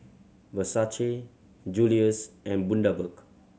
Versace Julie's and Bundaberg